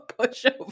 pushover